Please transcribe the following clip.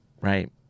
right